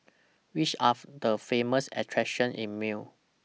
Which Are The Famous attractions in Male